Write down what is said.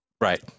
Right